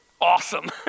awesome